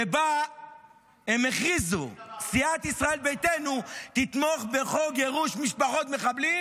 ובה הם הכריזו: סיעת ישראל ביתנו תתמוך בחוק גירוש משפחות מחבלים,